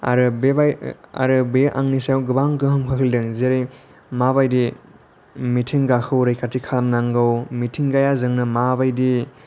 आरो बेबाय आरो बे आंनि सायाव गोबां गोहोम खोख्लैदों जेरै माबायदि मिथिंगाखौ रैखाथि खालामनांगौ मिथिंगाया जोंनो माबायदि